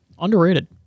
underrated